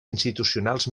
institucionals